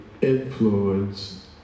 influence